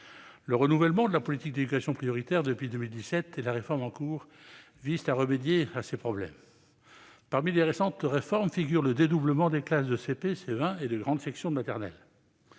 Le renouvellement de la politique d'éducation prioritaire depuis 2017 et la réforme en cours visent à remédier à ces problèmes. Parmi les récentes réformes figure le dédoublement des classes de CP, de CE1 et de grande section de maternelle.